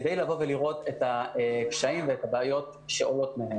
כדי לבוא ולראות את הקשיים ואת הבעיות שעולות.